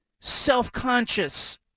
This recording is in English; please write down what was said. self-conscious